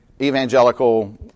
evangelical